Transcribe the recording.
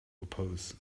oppose